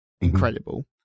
Incredible